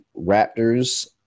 Raptors